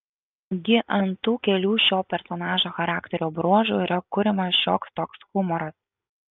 gi ant tų kelių šio personažo charakterio bruožų yra kuriamas šioks toks humoras